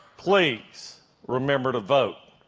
please remember to vote.